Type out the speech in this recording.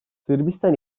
sırbistan